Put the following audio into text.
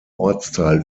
ortsteil